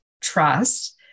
trust